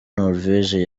norvege